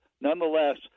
Nonetheless